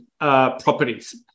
properties